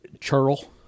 Churl